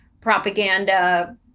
propaganda